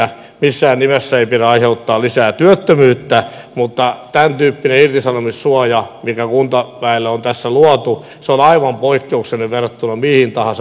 missään nimessä ei pidä aiheuttaa lisää työttömyyttä mutta tämäntyyppinen irtisanomissuoja mikä kuntaväelle on tässä luotu on aivan poikkeuksellinen verrattuna mihin tahansa muuhun alaan